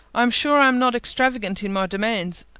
i am sure i am not extravagant in my demands.